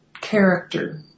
character